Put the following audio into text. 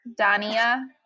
Dania